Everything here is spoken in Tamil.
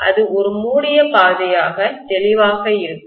அது ஒரு மூடிய பாதையாக தெளிவாக இருக்கும்